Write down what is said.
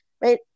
right